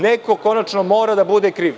Neko konačno mora da bude kriv.